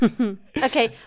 Okay